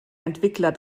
entwickler